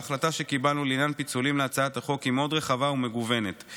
ההחלטה שקיבלנו לעניין פיצולים להצעת החוק היא רחבה ומגוונת מאוד.